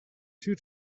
two